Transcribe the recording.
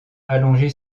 allongée